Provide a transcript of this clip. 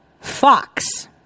Fox